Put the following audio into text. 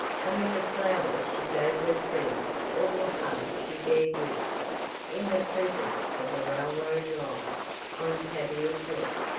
and with the flowers she gave her friend all the hug she dared risk in the presence of the railroad line on tavia's neck.